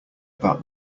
about